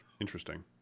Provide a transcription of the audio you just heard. Interesting